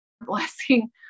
blessing